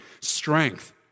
Strength